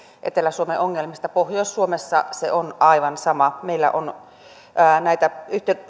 etelä suomen ongelmista pohjois suomessa se on aivan sama meille näitä